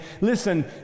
listen